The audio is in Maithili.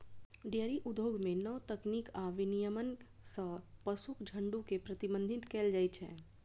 डेयरी उद्योग मे नव तकनीक आ विनियमन सं पशुक झुंड के प्रबंधित कैल जाइ छै